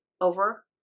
over